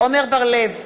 עמר בר-לב,